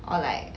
or like